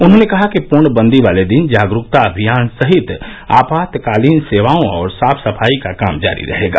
उन्होंने कहा कि पूर्ण बंदी वाले दिन जागरूकता अभियान सहित आपात कालीन सेवाओं और साफ सफाई का काम जारी रहेगा